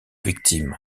victimes